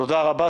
תודה רבה.